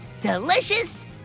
Delicious